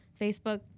Facebook